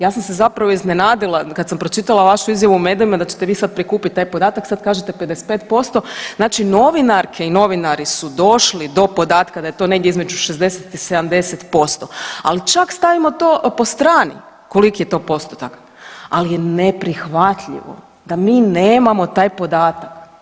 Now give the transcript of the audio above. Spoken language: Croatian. Ja sam se zapravo iznenadila kad sam pročitala vašu izjavu u medijima da ćete vi sad prikupiti taj podatak, sad kažete 55%, znači novinarke i novinari su došli do podatka da je to negdje između 60 i 70%, ali čak stavimo to po strani koliki je to postotak, ali je neprihvatljivo da mi nemamo taj podatak.